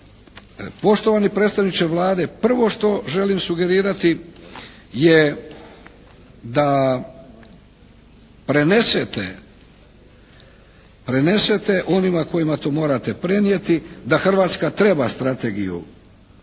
poštovani predstavniče Vlade prvo što želim sugerirati je da prenesete onima kojima to morate prenijeti da Hrvatska treba strategiju